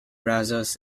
brazos